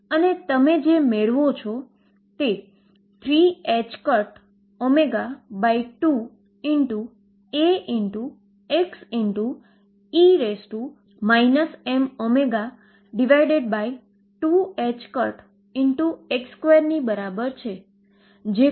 અને wave function sin L x ગણુ અચળ છે તેવુ કહી શકાય જે આપણે હજી સુધી શોધ્યુ નથી